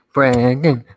Brandon